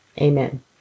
amen